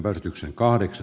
arvoisa puhemies